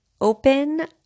open